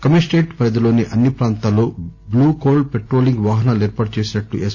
commissionerate పరిధిలోని అన్ని పాంతాల్లో బ్లూకోల్ట్ పెట్రోలింగ్ వాహనాలు ఏర్పాటు చేసినట్లు ఎస్